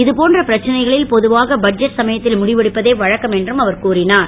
இதுபோன்ற பிரச்னைகளில் பொதுவாக பட்ஜெட் சமயத்தில் முடிவெடுப்பதே வழக்கம் என்றும் அவர் கூறினார்